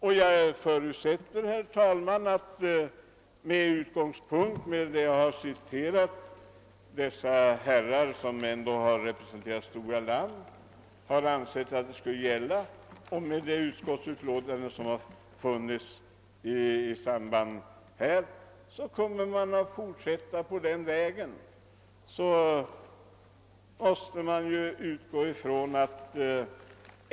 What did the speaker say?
Och jag förutsätter, med utgångspunkt i vad jag här citerat — det är ändå uttalanden som redovisar vad herrar som representerat rätt stora landområden ansett skulle gälla — och med utgångspunkt i utskottsutlåtandet, att man kommer att fortsätta på denna väg.